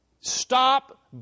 stop